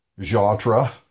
genre